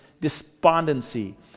despondency